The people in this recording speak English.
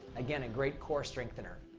again, a great core strengthener.